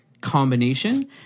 combination